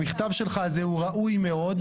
המכתב הזה שלך הוא ראוי מאוד,